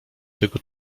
tego